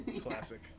Classic